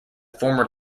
former